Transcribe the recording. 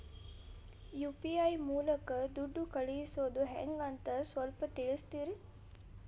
UPI ಮೂಲಕ ದುಡ್ಡು ಕಳಿಸೋದ ಹೆಂಗ್ ಅಂತ ಸ್ವಲ್ಪ ತಿಳಿಸ್ತೇರ?